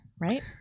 right